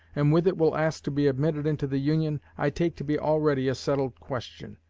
and with it will ask to be admitted into the union, i take to be already a settled question,